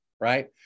right